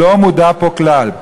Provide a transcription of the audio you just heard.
לא מודעים פה כלל.